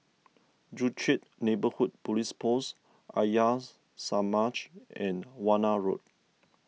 Joo Chiat Neighbourhood Police Post Arya Samaj and Warna Road